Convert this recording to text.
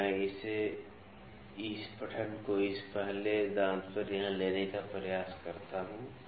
तो मैं इस पठन को इस पहले दाँत पर यहाँ लेने का प्रयास करता हूँ